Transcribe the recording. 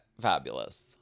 fabulous